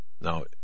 Now